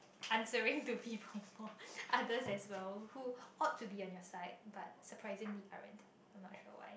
answering to people more others as well who ought to be on your side but surprisingly aren't I'm not sure why